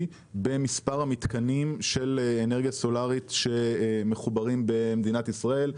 במספר המתקנים של אנרגיה סולארית שמחוברים במדינת ישראל.